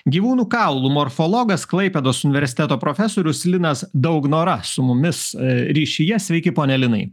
gyvūnų kaulų morfologas klaipėdos universiteto profesorius linas daugnora su mumis ryšyje sveiki pone linai